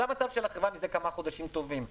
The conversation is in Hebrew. זה המצב של החברה מזה כמה חודשים טובים,